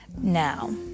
Now